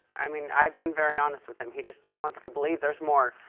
i mean, i've been very honest with him. he just wants to believe there's more.